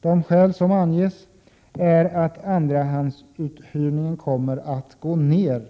De skäl som anges är att andrahandsuthyrningen kommer att minska och att